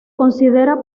considera